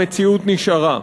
המציאות נשארה".